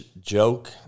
joke